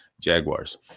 Jaguars